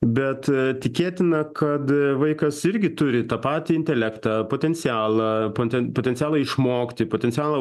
bet tikėtina kad vaikas irgi turi tą patį intelektą potencialą potenpotencialą išmokti potencialą